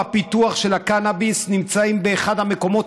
בפיתוח של הקנאביס נמצאים באחד מהמקומות